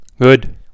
Good